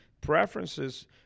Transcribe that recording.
preferences